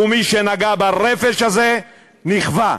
ומי שנגע ברפש הזה נכווה,